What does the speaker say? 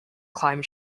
climb